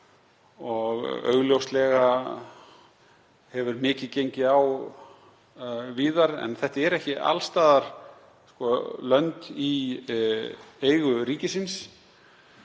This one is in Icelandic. og augljóslega hefur mikið gengið á víðar. En þetta eru ekki alls staðar lönd í eigu ríkisins.